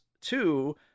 two